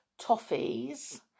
toffees